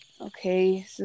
okay